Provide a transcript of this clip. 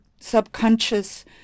subconscious